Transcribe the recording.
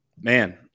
man